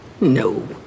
No